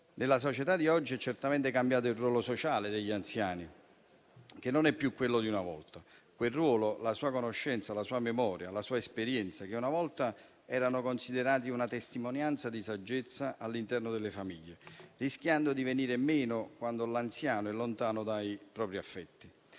Nella società di oggi è certamente cambiato il ruolo sociale degli anziani, che non è più quello di una volta: quel ruolo, la conoscenza, la memoria, l'esperienza, che una volta erano considerati una testimonianza di saggezza all'interno delle famiglie, rischiano di venire meno quando l'anziano è lontano dai propri affetti.